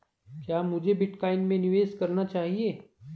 क्या मुझे बिटकॉइन में निवेश करना चाहिए?